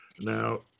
Now